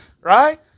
right